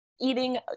eating